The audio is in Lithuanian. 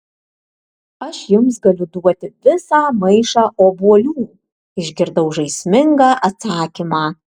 aš jums galiu duoti visą maišą obuolių išgirdau žaismingą atsakymą